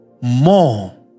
more